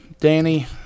Danny